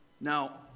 Now